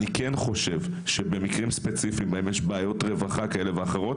אני כן חושב שבמקרים ספציפיים בהם יש בעיות רווחה כאלה ואחרות,